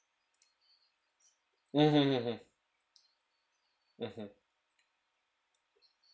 mm hmm hmm hmm mmhmm